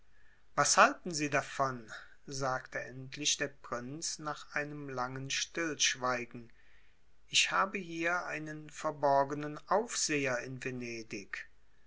was halten sie davon sagte endlich der prinz nach einem langen stillschweigen ich habe hier einen verborgenen aufseher in venedig